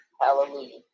Hallelujah